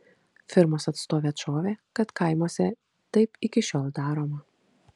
firmos atstovė atšovė kad kaimuose taip iki šiol daroma